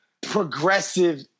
progressive